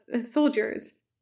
soldiers